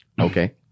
Okay